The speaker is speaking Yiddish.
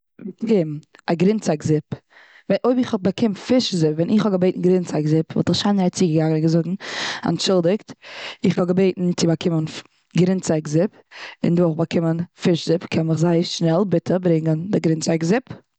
באקום א גרינצייג זופ. אויב איך האב באקום פיש זופ ווען איך האב געבעטן גרינצייג זופ. וואלט איך שיינערהייט צוגעגאנגען זאגן. אנטשולדיגט, איך האב געבעטן צו באקומען גרינצייג זופ, און דא האב איך באקומען פיש זופ. קען מען זייער שנעל ברענגען ביטע די גרינצייג זופ.